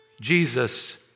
Jesus